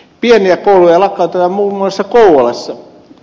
pieniä kouluja lakkautetaan muun muassa kouvolassa